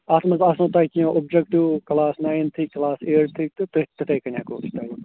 اَتھ منٛز آسنو تۄہہِ کینٛہہ اوبجَکٹِو کَلاس نایِنتھٕکۍ کَلاس ایٹتھٕکۍ تہٕ تہٕ تِتھٕے کَنۍ ہٮ۪کو أسۍ تۄہہِ